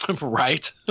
Right